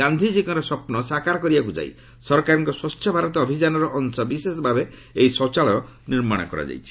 ଗାନ୍ଧିଜୀଙ୍କର ସ୍ୱପ୍ନ ସାକାର କରିବାକୁ ଯାଇ ସରକାରଙ୍କ ସ୍ୱଚ୍ଛ ଭାରତ ଅଭିଯାନର ଅଂଶବିଶେଷ ଭାବେ ଏହି ଶୌଚାଳୟ ନିର୍ମାଣ କରାଯାଇଛି